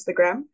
Instagram